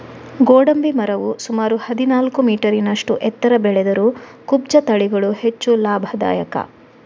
ಗೋಡಂಬಿ ಮರವು ಸುಮಾರು ಹದಿನಾಲ್ಕು ಮೀಟರಿನಷ್ಟು ಎತ್ತರ ಬೆಳೆದರೂ ಕುಬ್ಜ ತಳಿಗಳು ಹೆಚ್ಚು ಲಾಭದಾಯಕ